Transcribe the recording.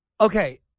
Okay